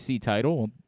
title